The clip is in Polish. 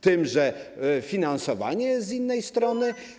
Tym, że finansowanie jest z innej strony?